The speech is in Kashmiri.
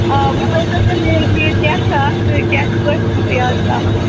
آ وۅنۍ ؤنۍتو مےٚ ریٹ ویٹ کیٛاہ چھُ اَتھ تہٕ کیٛاہ چھُ کٔہۍ چھُو تُہۍ اَز ترٛاوان